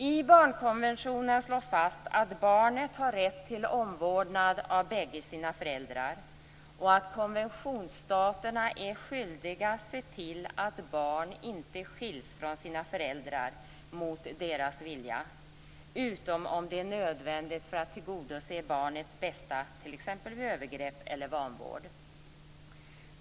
I barnkonventionen slås fast att barnet har rätt till omvårdnad av bägge sina föräldrar och att konventionsstaterna är skyldiga att se till att barn inte skiljs från sina föräldrar mot deras vilja, utom om det nödvändigt för att tillgodose barnets bästa, t.ex. vid övergrepp eller vanvård.